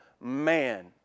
man